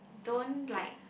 don't like